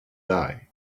die